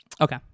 okay